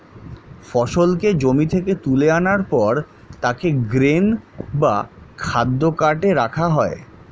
ফসলকে জমি থেকে তুলে আনার পর তাকে গ্রেন বা খাদ্য কার্টে রাখা হয়